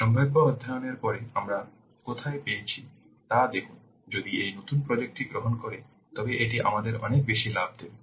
সম্ভাব্য অধ্যয়ন এর পরে আমরা কোথায় পেয়েছি তা দেখুন যদি এই নতুন প্রজেক্ট টি গ্রহণ করে তবে এটি আমাদের অনেক বেশি লাভ দেবে